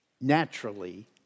naturally